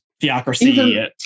theocracy